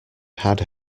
had